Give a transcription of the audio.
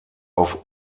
auf